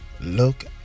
Look